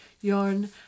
yarn